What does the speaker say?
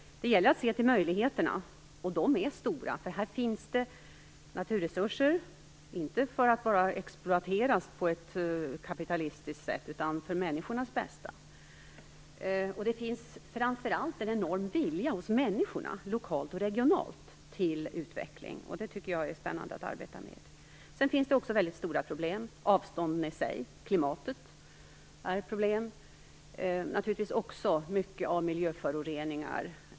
Det gäller att se till möjligheterna, och de är stora. Här finns naturresurser, inte för att bara exploateras på ett kapitalistiskt sätt, utan för människornas bästa. Det finns framför allt en enorm vilja hos människorna lokalt och regionalt till utveckling, och det är spännande att arbeta med det. Sedan finns det väldigt stora problem. Avstånden och klimatet är problem, och det är naturligtvis mycket miljöföroreningar.